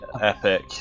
epic